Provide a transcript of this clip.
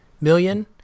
million